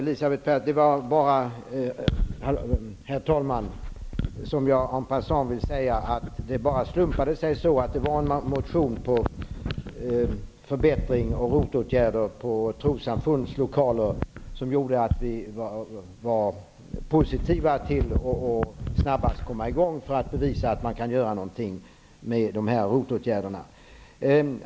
Herr talman! Jag vill till Elisabeth Persson en passant säga att det slumpade sig så att det var en motion om förbättrings och ROT-åtgärder på trossamfundens lokaler som gjorde att vi var positiva till att snabbt komma i gång för att visa att man kan göra någonting med dessa ROT-åtgärder.